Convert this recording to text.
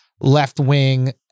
left-wing